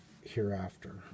Hereafter